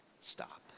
stop